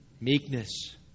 meekness